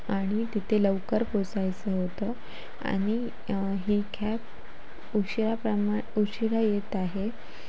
आणि तिथे लवकर पोचायचं होतं आणि ही कॅब उशिरा प्रमा उशिरा येत आहे